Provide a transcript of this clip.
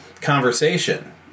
conversation